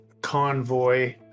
convoy